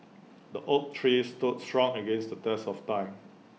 the oak tree stood strong against the test of time